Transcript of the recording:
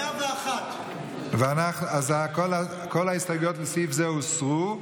101. אז כל ההסתייגויות לסעיף זה הוסרו.